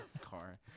car